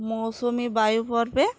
মৌসুমি বায়ু পড়বে